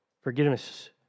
Forgiveness